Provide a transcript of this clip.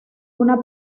una